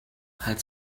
had